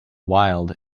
wild